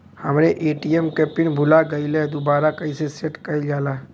हमरे ए.टी.एम क पिन भूला गईलह दुबारा कईसे सेट कइलजाला?